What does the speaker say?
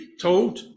told